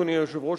אדוני היושב-ראש,